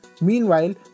Meanwhile